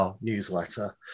newsletter